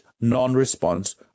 non-response